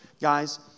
Guys